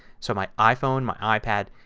so my iphone, my ah ipad,